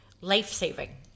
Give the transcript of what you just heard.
life-saving